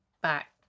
back